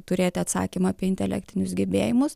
turėti atsakymą apie intelektinius gebėjimus